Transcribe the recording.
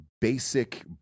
basic